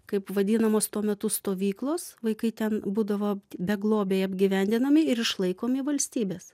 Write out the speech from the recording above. kaip vadinamos tuo metu stovyklos vaikai ten būdavo beglobiai apgyvendinami ir išlaikomi valstybės